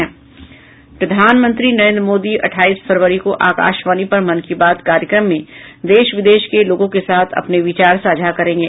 प्रधानमंत्री नरेन्द्र मोदी अट्ठाईस फरवरी को आकाशवाणी पर मन की बात कार्यक्रम में देश विदेश के लोगों के साथ अपने विचार साझा करेंगे